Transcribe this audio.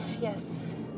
Yes